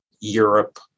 Europe